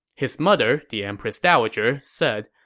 his mother, the empress dowager, said,